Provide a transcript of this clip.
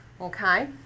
Okay